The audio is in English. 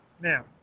Now